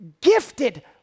gifted